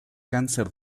cáncer